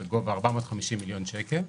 בגובה של 450 מיליון שקל,